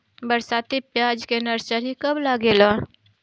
बरसाती प्याज के नर्सरी कब लागेला?